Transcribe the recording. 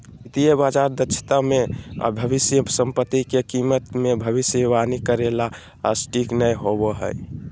वित्तीय बाजार दक्षता मे भविष्य सम्पत्ति के कीमत मे भविष्यवाणी करे ला सटीक नय होवो हय